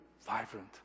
vibrant